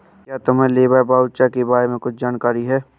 क्या तुम्हें labour voucher के बारे में कुछ जानकारी है?